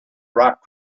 rock